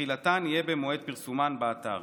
ותחילתן יהיה במועד פרסומן באתר.